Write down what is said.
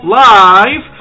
live